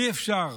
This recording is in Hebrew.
אי-אפשר,